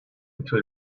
until